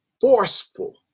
forceful